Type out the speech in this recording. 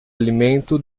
alimento